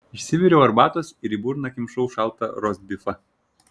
išsiviriau arbatos ir į burną kimšau šaltą rostbifą